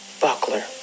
buckler